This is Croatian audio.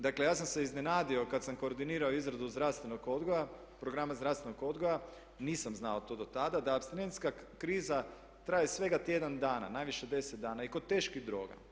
Dakle ja sam se iznenadio kada sam koordinirao izradu zdravstvenog odgoja, programa zdravstvenog odgoja, nisam znao to do tada da apstinentska kriza traje svega tjedan dana, najviše 10 dana i kod teških droga.